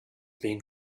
being